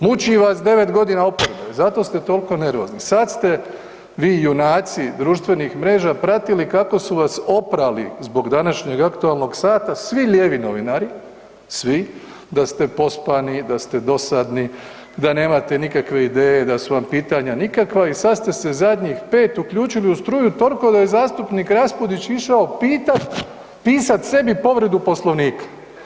Muči vas 9.g. oporbe zato ste tolko nervozni, sad ste vi junaci društvenih mreža pratili kako su vas oprali zbog današnjeg aktualnog sata svi lijevi novinari, svi, da ste pospani, da ste dosadni, da nemate nikakve ideje, da su vam pitanja nikakva i sad ste se zadnjih 5 uključili u struju tolko da je zastupnik Raspudić išao pisat sebi povredu Poslovnika.